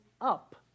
up